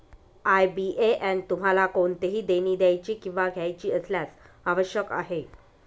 IBAN तुम्हाला कोणतेही देणी द्यायची किंवा घ्यायची असल्यास आवश्यक आहे